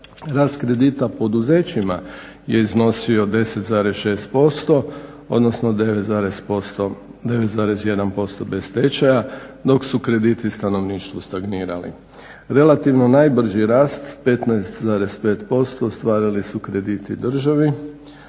rast kredita poduzećima je iznosi 10,6%, odnosno 9,1% bez stečaja dok su krediti stanovništvu stagnirali. Relativno najbrži rast 15,5% ostvarili su krediti državi